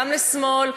גם לשמאל,